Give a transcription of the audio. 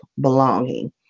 belonging